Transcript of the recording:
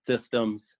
systems